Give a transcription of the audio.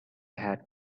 had